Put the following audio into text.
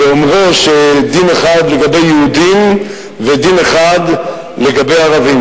באומרו שדין אחד לגבי יהודים ודין אחד לגבי ערבים.